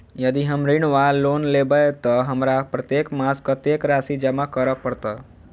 यदि हम ऋण वा लोन लेबै तऽ हमरा प्रत्येक मास कत्तेक राशि जमा करऽ पड़त?